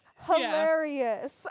Hilarious